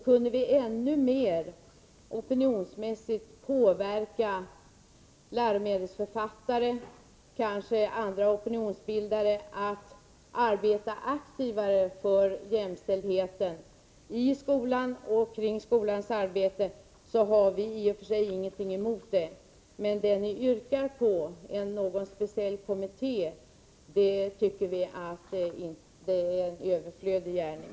Kunde vi opinionsmässigt ännu mera påverka läromedelsförfattare, kanske andra opinionsbildare också, och få dem att arbeta aktivare för jämställdheten i skolan, har vi i och för sig ingenting emot det. Men den speciella kommitté som ni yrkar på tycker vi är överflödig.